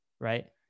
right